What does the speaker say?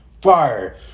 fire